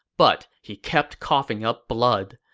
but he kept coughing up blood.